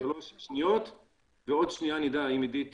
בעוד שניה נדע אם עידית